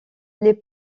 les